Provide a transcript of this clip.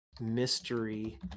mystery